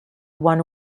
one